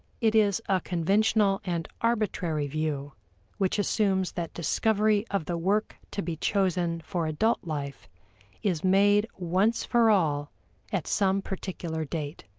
it is a conventional and arbitrary view which assumes that discovery of the work to be chosen for adult life is made once for all at some particular date.